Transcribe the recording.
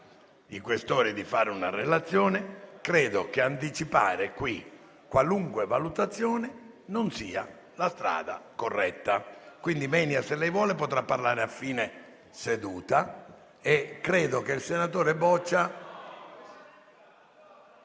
Questori di fare una relazione, credo che anticipare qualunque valutazione non sia la strada corretta. Pertanto, senatore Menia, se lei vuole, potrà parlare a fine seduta e credo che il senatore Boccia…